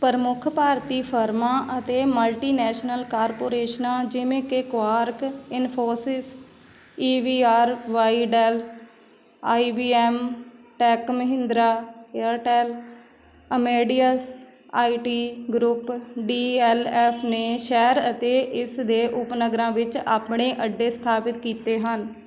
ਪ੍ਰਮੁੱਖ ਭਾਰਤੀ ਫਰਮਾਂ ਅਤੇ ਮਲਟੀਨੈਸ਼ਨਲ ਕਾਰਪੋਰੇਸ਼ਨਾਂ ਜਿਵੇਂ ਕਿ Quark Infosys E V R Y Dell I B M tech Mahindra Airtel Amadeus I T group D L F ਨੇ ਸ਼ਹਿਰ ਅਤੇ ਇਸ ਦੇ ਉਪਨਗਰਾਂ ਵਿੱਚ ਆਪਣੇ ਅੱਡੇ ਸਥਾਪਿਤ ਕੀਤੇ ਹਨ